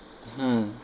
mm